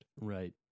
Right